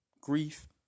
grief